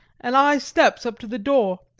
an' igh steps up to the door.